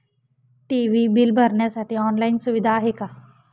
TV bill भरण्यासाठी ऑनलाईन सुविधा आहे का?